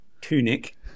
Tunic